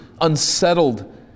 unsettled